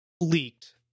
leaked